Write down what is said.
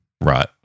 Right